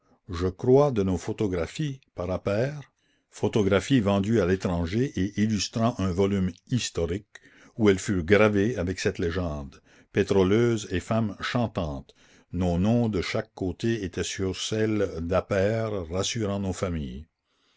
je crois de nos photographies par appert photographies vendues à l'étranger et illustrant un volume historique où elles furent gravées avec cette légende pétroleuses et femmes chantantes nos noms de chaque côté étaient sur celle d'appert rassurant nos familles